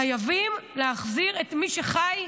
חייבים להחזיר הביתה את מי שחי.